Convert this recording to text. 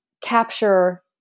capture